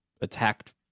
attacked